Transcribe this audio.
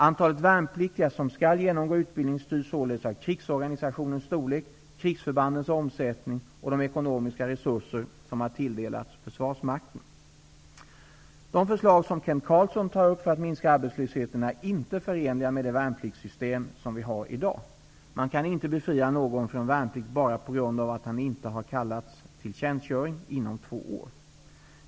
Antalet värnpliktiga som skall genomgå utbildning styrs således av krigsorganisationens storlek, krigsförbandens omsättning och de ekonomiska resurser som har tilldelats försvarsmakten. De förslag som Kent Carlsson tar upp för att minska arbetslösheten är inte förenliga med det värnpliktssystem som vi har i dag. Man kan inte befria någon från värnplikt bara på grund av att han inte har kallats till tjänstgöring inom två år.